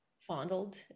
fondled